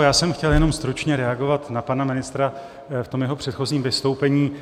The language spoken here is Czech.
Já jsem chtěl jenom stručně reagovat na pana ministra v jeho předchozím vystoupení.